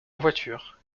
voiture